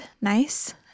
nice